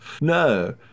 No